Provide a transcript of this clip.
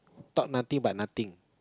talk nothing but nothing